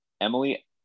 Emily